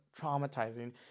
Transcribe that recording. traumatizing